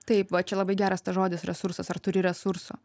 taip va čia labai geras tas žodis resursas ar turi resurso